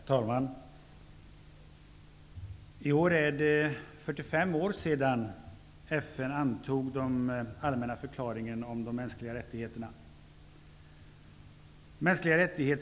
Herr talman! I år är det 45 år sedan FN antog den allmänna förklaringen om de mänskliga rättigheterna.